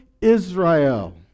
Israel